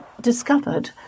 discovered